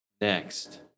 next